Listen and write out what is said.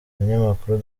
umunyamakuru